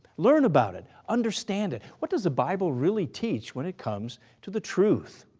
learn about it, understand it. what does the bible really teach when it comes to the truth?